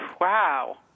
Wow